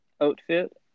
outfit